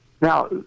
Now